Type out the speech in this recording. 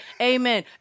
Amen